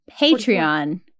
Patreon